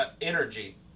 energy